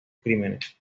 crímenes